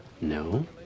No